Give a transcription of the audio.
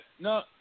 no